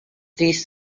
these